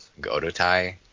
Godotai